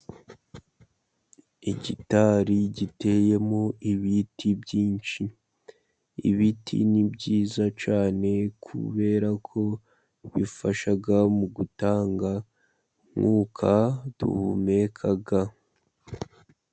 Igitari giteyemo ibiti byinshi. Ibiti ni byiza cyane, kubera ko bifashaga mu gutanga umwuka duhumeka.